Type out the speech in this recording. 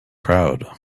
crowd